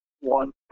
one